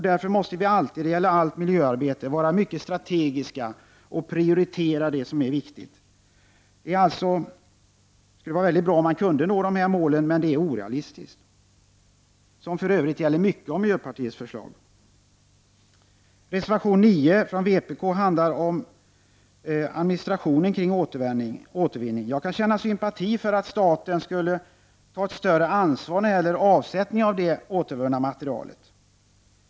Därför måste vi när det gäller allt miljöarbete vara mycket strategiska och prioritera det som är viktigt. Det skulle alltså vara bra om man kunde nå de här målen, men det är orealistiskt — det gäller för övrigt många av miljöpartiets förslag. Reservation 9 från vpk handlar om administrationen kring återvinning. Jag kan känna sympati för att staten skulle ta ett större ansvar när det gäller avsättning av det återvunna materialet.